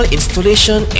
Installation